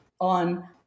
on